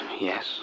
Yes